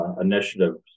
initiatives